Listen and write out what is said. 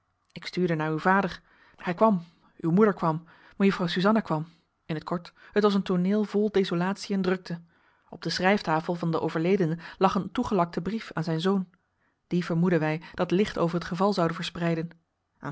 ik stuurde naar uw vader hij kwam uw moeder kwam mejuffrouw suzanna kwam in t kort het was een tooneel vol desolatie en drukte op de schrijftafel van den overledene lag een toegelakte brief aan zijn zoon dien vermoeden wij dat licht over het geval zoude verspreiden